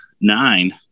nine